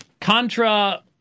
Contra